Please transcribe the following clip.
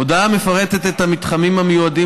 הודעה המפרטת את המתחמים המיועדים